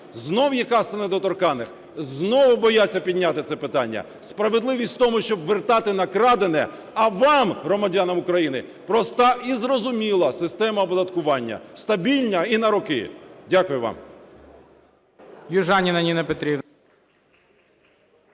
Знову є каста недоторканих. Знову бояться підняти це питання. Справедливість у тому, щоб вертати накрадене, а вам, громадянам України, просто і зрозуміла система оподаткування – стабільна і на роки. Дякую вам.